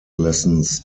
lessons